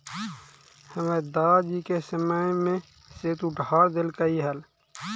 हमर दादा जी के समय में सेठ उधार देलकइ हल